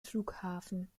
flughafen